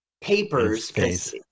papers